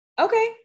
Okay